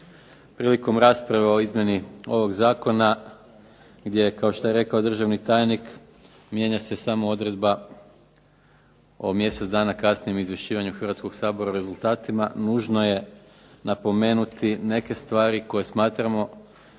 Prilikom rasprave o izmjeni ovog Zakona, gdje je kao što je rekao državni tajnik mijenja se samo odredba o mjesec dana kasnijem izvješćivanju Hrvatskog sabora o rezultatima, nužno je napomenuti neke stvari koje smatramo